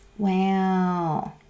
Wow